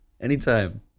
Anytime